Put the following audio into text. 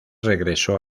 regresó